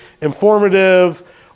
informative